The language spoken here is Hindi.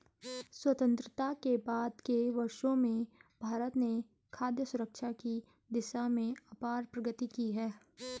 स्वतंत्रता के बाद के वर्षों में भारत ने खाद्य सुरक्षा की दिशा में अपार प्रगति की है